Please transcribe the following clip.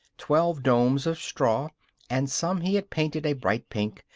twelve domes of straw and some he had painted a bright pink,